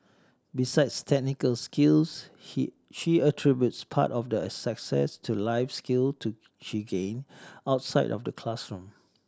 besides technical skills he she attributes part of the a success to life skills to she gained outside of the classroom